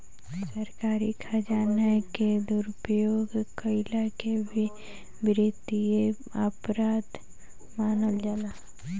सरकारी खजाना के दुरुपयोग कईला के भी वित्तीय अपराध मानल जाला